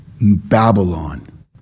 Babylon